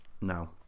No